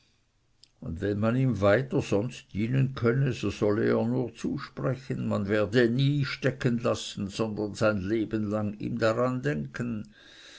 und wenn man ihm weiter sonst dienen könne so solle er nur zusprechen man werde ihn nie stecken lassen sondern sein leben lang ihm daran denken